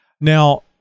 Now